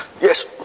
Yes